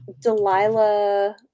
Delilah